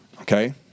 Okay